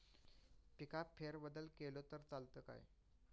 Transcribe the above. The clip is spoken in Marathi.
पिकात फेरबदल केलो तर चालत काय?